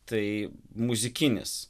tai muzikinis